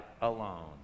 alone